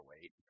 wait